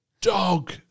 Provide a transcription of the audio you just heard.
dog-